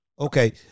Okay